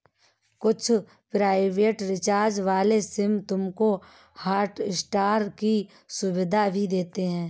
कुछ prepaid recharge वाले SIM तुमको हॉटस्टार की सुविधा भी देते हैं